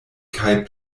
kaj